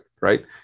Right